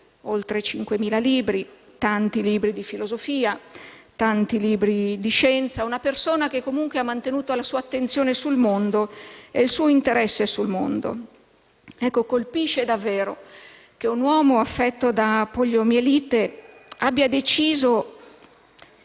oltre 5000. Tanti libri di filosofia, tanti libri di scienza. Era una persona che, comunque, ha mantenuto la sua attenzione e il suo interesse sul mondo. Colpisce davvero che un uomo affetto da poliomielite abbia deciso